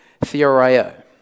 theoreo